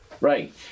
Right